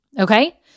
Okay